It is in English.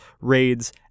raids